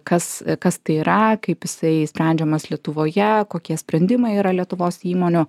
kas kas tai yra kaip jisai sprendžiamas lietuvoje kokie sprendimai yra lietuvos įmonių